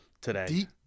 today